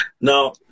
now